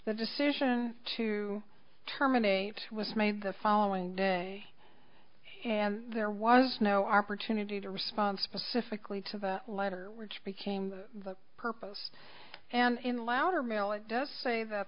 the decision to terminate was made the following day and there was no opportunity to respond specifically to the letter which became the purpose and in louder mail it does say that